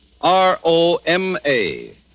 R-O-M-A